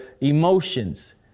emotions